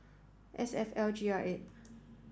S F L G R eight